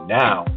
now